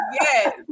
yes